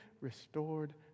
restored